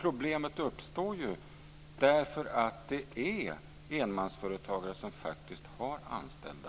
Problemet uppstår ju därför att enmansföretagare till och från har anställda.